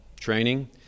training